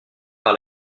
par